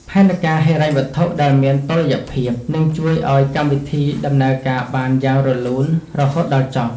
ផែនការហិរញ្ញវត្ថុដែលមានតុល្យភាពនឹងជួយឱ្យកម្មវិធីដំណើរការបានយ៉ាងរលូនរហូតដល់ចប់។